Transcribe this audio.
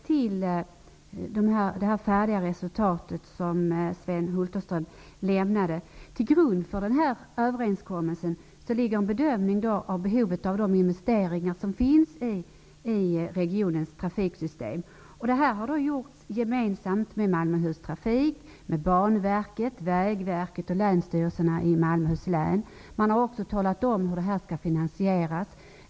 Till grund för överenskommelsen ligger en bedömning av det behov som finns av investeringar i regionens trafiksystem. Denna har gjorts gemensamt med Malmöhus trafik, Banverket, Vägverket och länsstyrelsen i Malmöhus län. Man har också talat om hur detta skall finansieras.